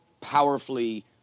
powerfully